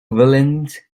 villains